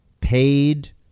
paid